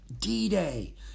D-Day